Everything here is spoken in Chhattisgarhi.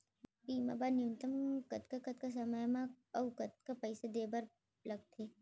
बीमा बर न्यूनतम कतका कतका समय मा अऊ कतका पइसा देहे बर लगथे